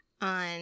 on